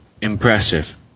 impressive